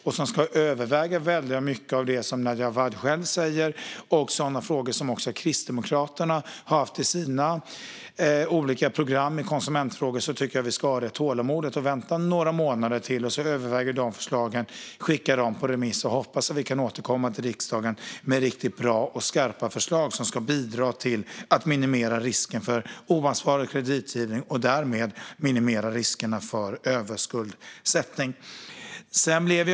Den ska överväga väldigt mycket av det som Nadja Awad själv tar upp och sådana frågor som också Kristdemokraterna har haft i sina olika program om konsumentfrågor. Jag tycker att vi ska ha tålamodet att vänta några månader till och överväga förslagen, och skicka dem på remiss. Jag hoppas att vi kan komma till riksdagen med riktigt bra och skarpa förslag som ska bidra till att minimera risken för oansvarig kreditgivning och därmed minimera riskerna för överskuldsättning.